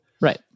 Right